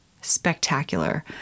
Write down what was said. spectacular